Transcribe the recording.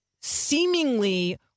seemingly